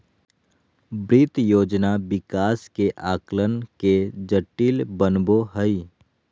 वित्त योजना विकास के आकलन के जटिल बनबो हइ